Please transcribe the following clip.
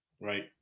right